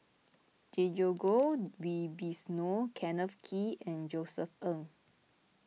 Djoko Wibisono Kenneth Kee and Josef Ng